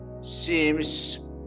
seems